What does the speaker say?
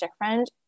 different